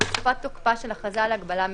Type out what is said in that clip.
בתקופת תוקפה של הכרזה על הגבלה מלאה,